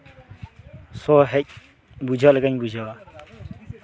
ᱥᱚ ᱦᱮᱡ ᱵᱩᱡᱷᱟᱹᱣ ᱞᱮᱠᱟᱧ ᱵᱩᱡᱷᱟᱹᱣᱟ